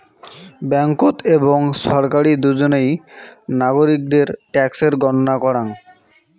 ব্যাঙ্ককোত এবং ছরকারি দুজনেই নাগরিকদের ট্যাক্সের গণনা করাং